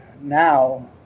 now